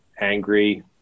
angry